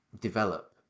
develop